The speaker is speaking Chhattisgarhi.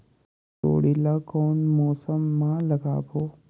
जोणी ला कोन मौसम मा लगाबो?